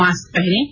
mask पहनें